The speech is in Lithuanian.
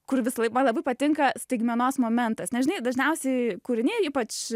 kur visąlaik man labai patinka staigmenos momentas nes žinai dažniausiai kūriniai ypač